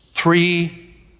Three